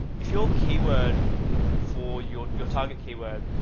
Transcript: if your keyword for your, your target keyword,